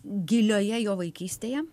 gilioje jo vaikystėje